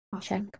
check